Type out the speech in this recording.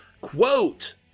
Quote